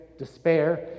Despair